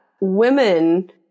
women